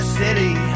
city